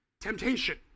temptation